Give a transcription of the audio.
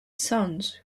sons